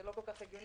זה לא כל כך הגיוני,